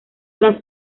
tras